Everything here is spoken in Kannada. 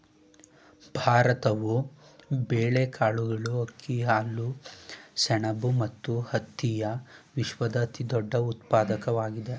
ಭಾರತವು ಬೇಳೆಕಾಳುಗಳು, ಅಕ್ಕಿ, ಹಾಲು, ಸೆಣಬು ಮತ್ತು ಹತ್ತಿಯ ವಿಶ್ವದ ಅತಿದೊಡ್ಡ ಉತ್ಪಾದಕವಾಗಿದೆ